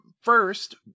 first